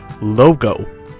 Logo